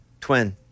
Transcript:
twin